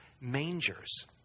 mangers